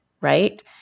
right